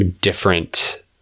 different